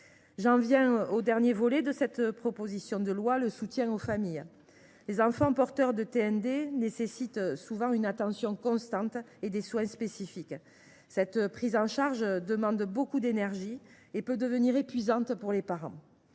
J’en viens au dernier volet de cette proposition de loi : le soutien aux familles. Les enfants porteurs de TND requièrent souvent une attention constante et des soins spécifiques. Cette prise en charge demande beaucoup d’énergie et peut devenir épuisante pour les parents.